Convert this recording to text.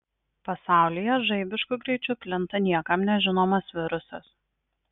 pasaulyje žaibišku greičiu plinta niekam nežinomas virusas